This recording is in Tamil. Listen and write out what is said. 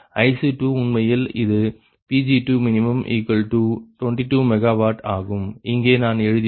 IC2 உண்மையில் இது Pg2min22 MW ஆகும் இங்கே நான் எழுதியுள்ளேன்